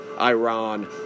Iran